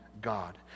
God